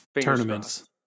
tournaments